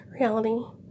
reality